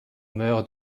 meurt